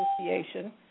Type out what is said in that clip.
Association